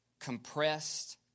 compressed